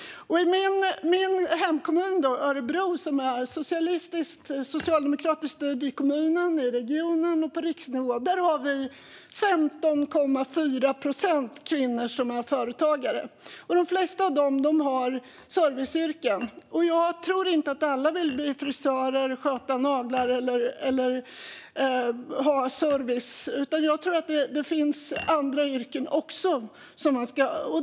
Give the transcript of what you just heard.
I min hemkommun Örebro som är socialdemokratiskt styrd, liksom regionen och på riksnivå, har vi 15,4 procent kvinnor som är företagare. De flesta av dem har serviceyrken. Jag tror inte att alla vill bli frisörer, sköta naglar eller ge annan service, utan jag tror att det finns andra yrken också.